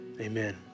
amen